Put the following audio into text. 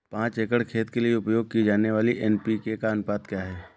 पाँच एकड़ खेत के लिए उपयोग की जाने वाली एन.पी.के का अनुपात क्या है?